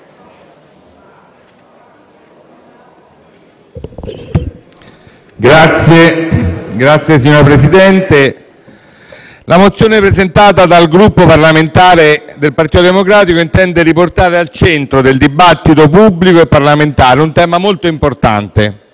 *(PD)*. Signor Presidente, la mozione presentata dal Gruppo parlamentare Partito Democratico intende riportare al centro del dibattito pubblico e parlamentare un tema molto importante